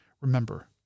remember